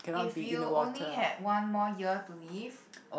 if you only had one more year to live